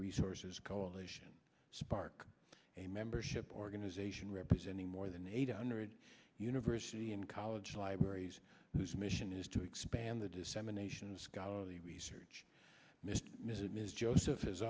resources coalition spark a membership organization representing more than eight hundred university and college libraries whose mission is to expand the dissemination scholarly research mr ms joseph is